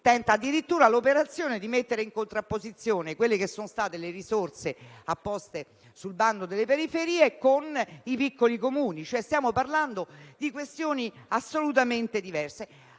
tenta addirittura l'operazione di mettere in contrapposizione le risorse apposte sul bando delle periferie con i piccoli Comuni, stiamo cioè parlando di questioni assolutamente diverse,